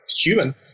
human